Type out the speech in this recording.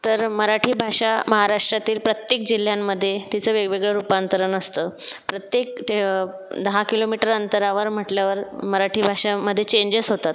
तर मराठी भाषा महाराष्ट्रातील प्रत्येक जिल्ह्यांमध्ये तिचं वेगवेगळं रूपांतरण असतं प्रत्येक दहा किलोमीटर अंतरावर म्हटल्यावर मराठी भाषा मध्ये चेंजेस होतात